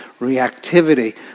reactivity